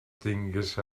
tingues